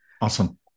Awesome